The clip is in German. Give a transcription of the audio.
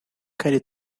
keine